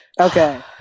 okay